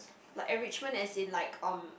like enrichment as in like um